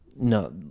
no